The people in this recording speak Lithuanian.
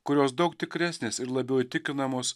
kurios daug tikresnės ir labiau įtikinamos